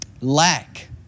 Lack